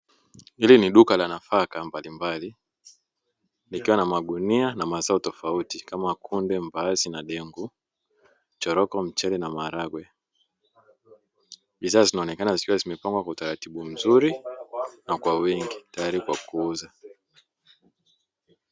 Hili ni duka la nafaka mbalimbali likiwa na magunia na mazao tofauti kama kunde, mbaazi na dengu, choroko mchele na maharagwe bidhaa zinaonekana zikiwa zimepangwa kwa utaratibu mzuri na kwa wingi tayari kwa kuuza.